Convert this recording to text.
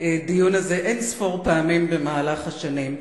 הדיון הזה אין-ספור פעמים במהלך השנים.